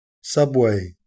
Subway